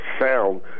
sound